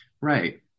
Right